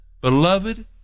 Beloved